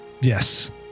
Yes